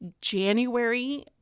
January